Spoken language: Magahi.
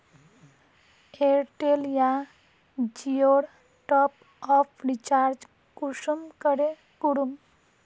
एयरटेल या जियोर टॉप आप रिचार्ज कुंसम करे करूम?